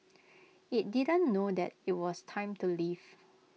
IT didn't know that IT was time to leave